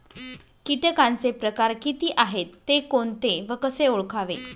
किटकांचे प्रकार किती आहेत, ते कोणते व कसे ओळखावे?